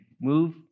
move